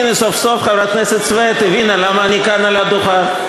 הנה סוף-סוף חברת הכנסת סויד הבינה למה אני על הדוכן.